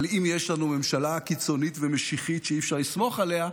אבל אם יש לנו ממשלה קיצונית ומשיחית שאי-אפשר לסמוך עליה,